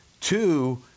Two